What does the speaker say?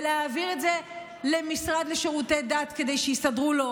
ולהעביר את זה למשרד לשירותי דת כדי שיסדרו לו